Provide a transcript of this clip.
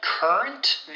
Current